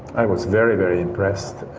i was very, very impressed.